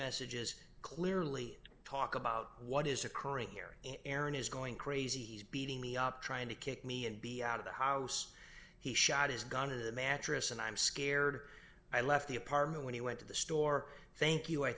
messages clearly talk about what is occurring here aaron is going crazy he's beating me up trying to kick me and be out of the house he shot his gun in the mattress and i'm scared i left the apartment when he went to the store thank you i